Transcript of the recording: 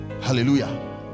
Hallelujah